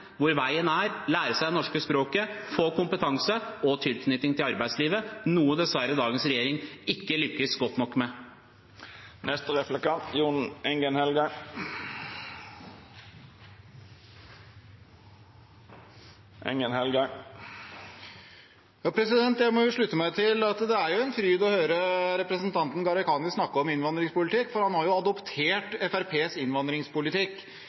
hvor veien er å lære seg det norske språket, få kompetanse og tilknytning til arbeidslivet, noe dessverre dagens regjering ikke lykkes godt nok med. Jeg må slutte meg til at det er en fryd å høre representanten Gharahkhani snakke om innvandringspolitikk, for han har jo adoptert Fremskrittspartiets innvandringspolitikk.